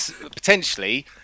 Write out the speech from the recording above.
potentially